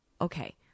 Okay